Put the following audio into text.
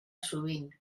sovint